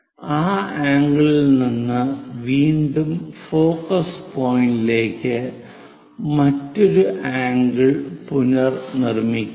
ആ ആംഗിളിൽ നിന്ന് വീണ്ടും ഫോക്കസ് പോയിന്റിലേക്ക് മറ്റൊരു ആംഗിൾ പുനർനിർമ്മിക്കുക